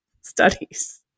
studies